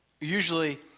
Usually